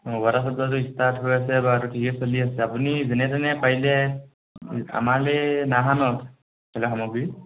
অঁ ষ্টাৰ্ট হৈ আছে বা ক্ৰিকেট চলি আছে আপুনি যেনে তেনে পাৰিলে আমালে খেলা সামগ্ৰী